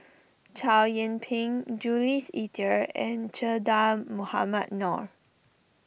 Chow Yian Ping Jules Itier and Che Dah Mohamed Noor